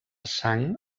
sang